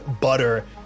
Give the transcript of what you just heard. butter